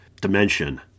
dimension